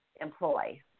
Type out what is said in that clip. employ